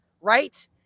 right